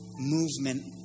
Movement